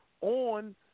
On